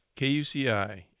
KUCI